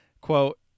quote